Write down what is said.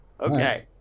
Okay